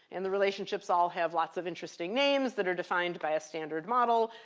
and the relationships all have lots of interesting names that are defined by a standard model.